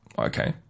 Okay